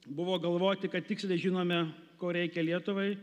buvo galvoti kad tiksliai žinome ko reikia lietuvai